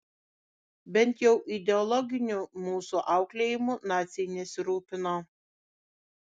bent jau ideologiniu mūsų auklėjimu naciai nesirūpino